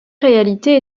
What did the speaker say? réalité